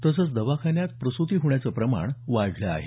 तसंच दवाखान्यात प्रसूती होण्याचं प्रमाण वाढलं आहे